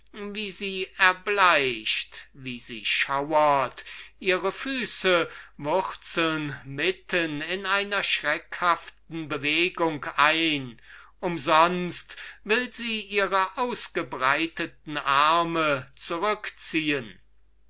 wie sie erbleicht wie sie schauert ihre füße wurzeln mitten in einer schreckhaften bewegung ein umsonst will sie ihre ausgebreiteten arme zurückziehen